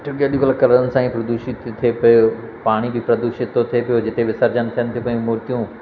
छो की अॼुकल्ह कलरनि सां ई प्रदूषित थी थिए पियो पाणी बि प्रदूषित थो थिए पियो जिते विसर्जन थियनि थियूं पयूं मूर्तियूं